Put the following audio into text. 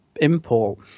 import